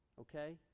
okay